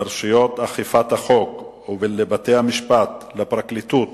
לרשויות אכיפת החוק ולבתי-המשפט, לפרקליטות